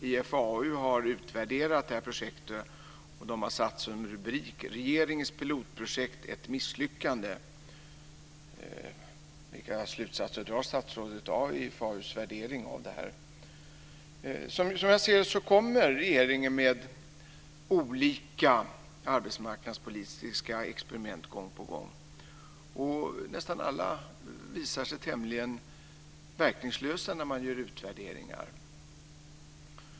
IFAU har utvärderat projektet och har satt som rubrik Som jag ser det kommer regeringen med olika arbetsmarknadspolitiska experiment gång på gång, och nästan alla visar sig tämligen verkningslösa när man gör utvärderingar.